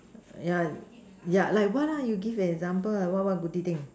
yeah yeah like what you give an example what what goody thing